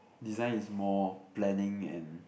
design is more planning and